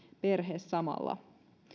perheen samalla